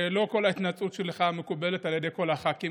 ולא כל ההתנצלות שלך מקובלת על ידי כל הח"כים,